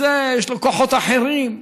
זה יש לו כוחות אחרים.